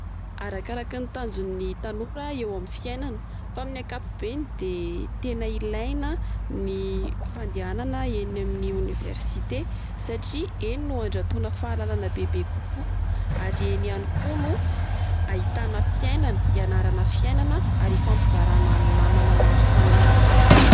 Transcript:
Arakaraky tanjon'ny tanora eo amin'ny fiainana. Fa amin'ny ankapobeany dia tena ilaina ny fandehanana eny amin'ny oniversite. Satria eny no andrantoana fahalalana bebe kokoa. Ary eny ihany koa no ahitana fiainana- hianarana fiainana ary hifampizarana amin'ny namana maro samihafa.